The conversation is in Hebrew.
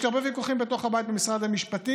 יש לי הרבה ויכוחים בתוך הבית עם משרד המשפטים.